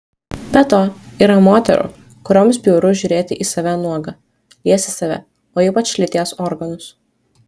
be to yra moterų kurioms bjauru žiūrėti į save nuogą liesti save o ypač lyties organus